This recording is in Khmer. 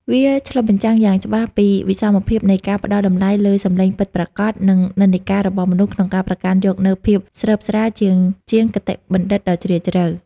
វាឆ្លុះបញ្ចាំងយ៉ាងច្បាស់ពីវិសមភាពនៃការផ្ដល់តម្លៃលើសំឡេងពិតប្រាកដ និងនិន្នាការរបស់មនុស្សក្នុងការប្រកាន់យកនូវភាពស្រើបស្រាលជាជាងគតិបណ្ឌិតដ៏ជ្រាលជ្រៅ។